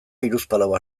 hiruzpalau